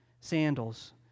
sandals